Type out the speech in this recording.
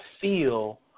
feel